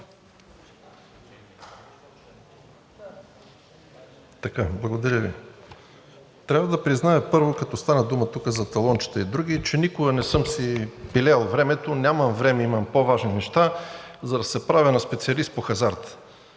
Трябва да призная, първо, като стана дума за талончета и други, че никога не съм си пилеел времето, нямам време, имам по-важни неща, за да се правя на специалист по хазарта.